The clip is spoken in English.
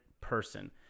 person